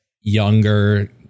younger